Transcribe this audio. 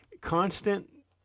constant